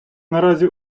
наразі